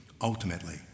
ultimately